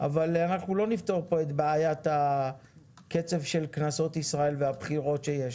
אבל אנחנו לא נפתור פה את בעיית הקצב של כנסות ישראל והבחירות שיש.